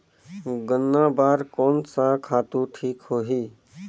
गन्ना बार कोन सा खातु ठीक होही?